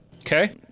Okay